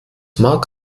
mag